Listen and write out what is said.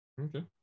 okay